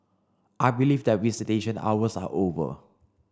I believe that visitation hours are over